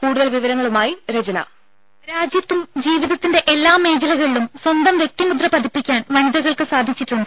രുര രാജ്യത്തും ജീവിതത്തിന്റെ എല്ലാ മേഖലകളിലും സ്വന്തം വ്യക്തിമുദ്ര പതിപ്പിക്കാൻ വനിതകൾക്ക് സാധിച്ചിട്ടുണ്ട്